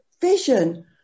vision